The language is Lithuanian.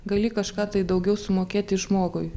gali kažką tai daugiau sumokėti žmogui